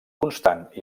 constant